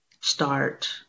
start